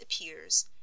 appears